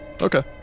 Okay